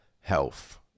health